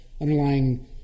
underlying